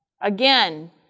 Again